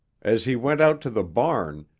as he went out to the barn,